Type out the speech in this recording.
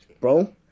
Bro